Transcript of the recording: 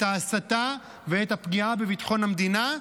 את ההסתה ואת הפגיעה בביטחון המדינה.